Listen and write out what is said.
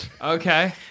Okay